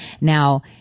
Now